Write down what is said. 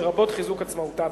לרבות חיזוק עצמאותה.